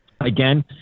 again